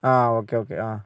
ആ okay okay ആ